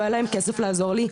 לא היה להם כסף לעזור לי.